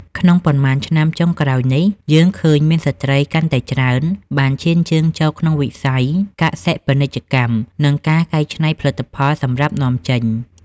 ក្នុងប៉ុន្មានឆ្នាំចុងក្រោយនេះ យើងឃើញមានស្ត្រីកាន់តែច្រើនបានឈានជើងចូលក្នុងវិស័យកសិ-ពាណិជ្ជកម្ម និងការកែច្នៃកសិផលសម្រាប់នាំចេញ។